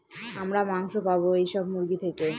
আমরা মাংস পাবো এইসব মুরগি থেকে